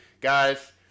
Guys